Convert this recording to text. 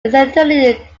alternately